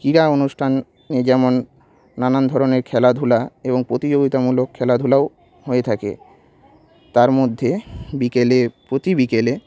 ক্রীড়া অনুষ্ঠান এ যেমন নানান ধরনের খেলাধুলা এবং প্রতিযোগিতামূলক খেলাধুলাও হয়ে থাকে তার মধ্যে বিকেলে প্রতি বিকেলে